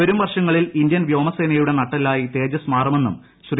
വരും വർഷങ്ങളിൽ ഇന്ത്യൻ വ്യോമസേനയുടെ നട്ടെല്ലായി തേജസ് മാറുമെന്നും ശ്രീ